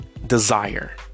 Desire